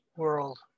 world